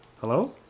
Hello